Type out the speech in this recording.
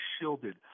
shielded